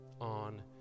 on